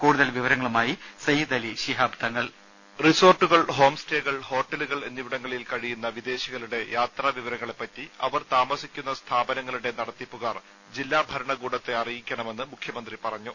കൂടുതൽ വിവരങ്ങളുമായി സയ്യിദ് അലി ഷിഹാബ് തങ്ങൾ വോയിസ് റിസോർട്ടുകൾ ഹോം സ്റ്റേകൾ ഹോട്ടലുകൾ എന്നിവിടങ്ങളിൽ കഴിയുന്ന വിദേശികളുടെ യാത്രാവിവരങ്ങളെപ്പറ്റി അവർ താമസിക്കുന്ന സ്ഥാപനങ്ങളുടെ നടത്തിപ്പുകാർ ജില്ലാ ഭരണകൂടത്തെ അറിയിക്കണമെന്ന് മുഖ്യമന്ത്രി പറഞ്ഞു